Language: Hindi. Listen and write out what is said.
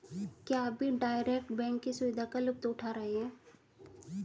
क्या आप भी डायरेक्ट बैंक की सुविधा का लुफ्त उठा रहे हैं?